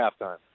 halftime